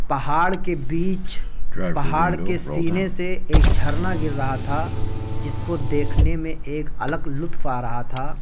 پہاڑ کے بیچ پہاڑ کے سینے سے ایک جھرنا گر رہا تھا جس کو دیکھنے میں ایک الگ لطف آ رہا تھا